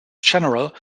general